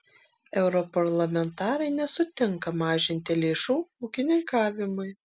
europarlamentarai nesutinka mažinti lėšų ūkininkavimui